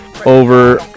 over